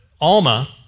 Alma